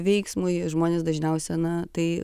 veiksmui žmonės dažniausia na tai